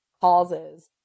causes